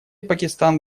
пакистан